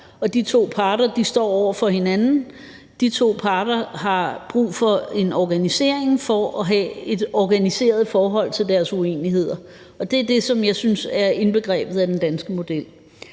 de to parter står over for hinanden, og de to parter har brug for en organisering for at have et organiseret forhold til deres uenigheder. Det er det, som jeg synes er indbegrebet af den danske model.